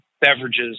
beverages